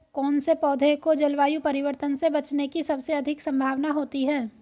कौन से पौधे को जलवायु परिवर्तन से बचने की सबसे अधिक संभावना होती है?